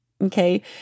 Okay